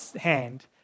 hand